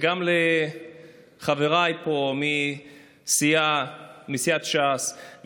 וגם לחבריי פה מסיעת ש"ס,